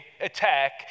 attack